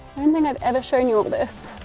and think i've ever shown you all this.